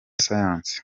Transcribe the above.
science